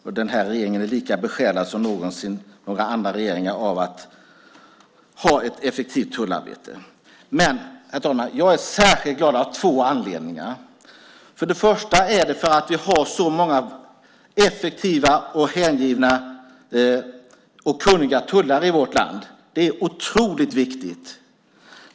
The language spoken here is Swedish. Och den här regeringen är lika besjälad som någonsin några andra regeringar av att ha ett effektivt tullarbete. Men, herr talman, jag är särskilt glad av två anledningar. För det första är jag glad för att vi har så många effektiva och hängivna och kunniga tullare i vårt land. Det är otroligt viktigt.